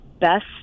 best